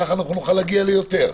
כך אנחנו נוכל להגיע ליותר.